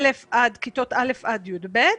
כיתות א' עד י"ב.